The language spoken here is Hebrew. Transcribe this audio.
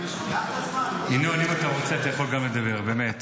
חבריי חברי הכנסת